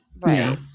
Right